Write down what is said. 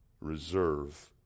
reserve